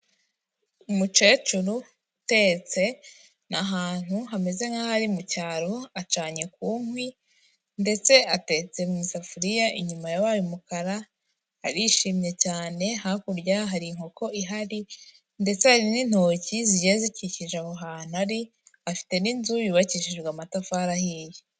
Umukecuru utetse. Ni ahantu hameze nk'aho ari mu cyaro, acanye ku nkwi ndetse atetse mu isafuriya inyuma yabaye umukara, arishimye cyane, hakurya hari inkoko ihari ndetse hari n'intoki zigenda zikikije aho hantu ari, afite n'inzu yubakishijwe amatafari ahiye.